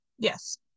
yes